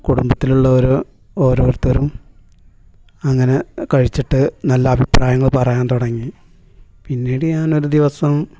കുടുംബത്തിലുള്ളവർ ഓരോരുത്തരും അങ്ങനെ കഴിച്ചിട്ട് നല്ല അഭിപ്രായങ്ങൾ പറയാൻ തുടങ്ങി പിന്നീട് ഞാൻ ഒരു ദിവസം